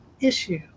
issue